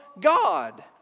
God